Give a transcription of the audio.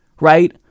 right